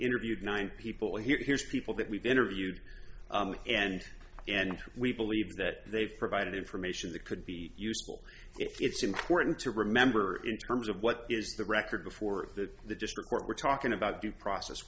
interviewed nine people here here's people that we've interviewed and and we believe that they've provided information that could be useful if it's important to remember in terms of what is the record before that the district court we're talking about due process